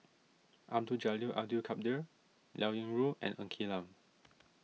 Abdul Jalil Abdul Kadir Liao Yingru and Ng Quee Lam